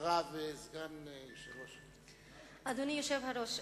אדוני היושב-ראש,